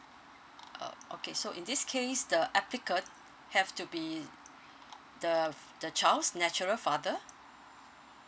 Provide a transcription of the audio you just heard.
uh okay so in this case the applicant have to be the f~ the child's natural father